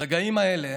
ברגעים האלה,